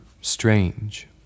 strange